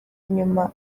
nyuma